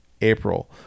April